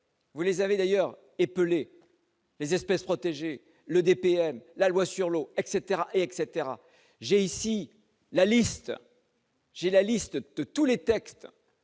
Vous les avez d'ailleurs épeler les espèces protégées, le DPS, la loi sur l'eau, etc, etc, j'ai ici la liste. J'ai la liste